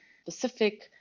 specific